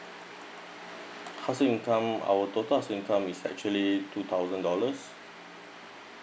household income our total household income is actually two thousand dollars